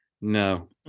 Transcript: No